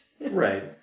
Right